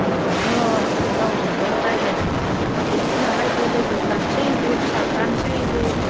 आंहाथ' रावजोंबो रायज्लायनाय माबा गैखायानालाय बे लोगोफ्रानोसै बे फिसाफ्रानोसै बे